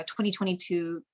2022